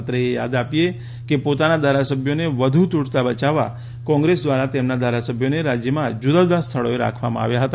અત્રે એ યાદ આપીયે કે પોતાના ધારાસભ્યોને વધુ તૂટતાં બચાવવા કોંગ્રેસ દ્વારાતેમના ધારાસભ્યોને રાજ્યમાં જુદા જુદા સ્થળીએ રાખવામાં આવ્યા હતા